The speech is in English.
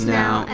now